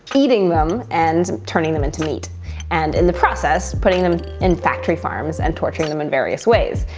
eating them and turning them into meat and in the process, putting them in factory farms and torturing them in various ways.